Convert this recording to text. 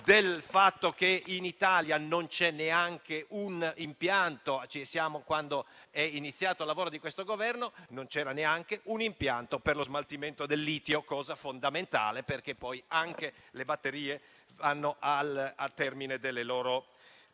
del fatto che in Italia non c'è neanche un impianto. Quando è iniziato il lavoro di questo Governo, non c'era neanche un impianto per lo smaltimento del litio, cosa fondamentale perché poi anche le batterie si esauriscono